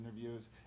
interviews